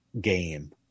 game